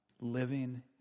living